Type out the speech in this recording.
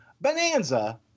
Bonanza